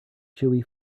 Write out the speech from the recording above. chewy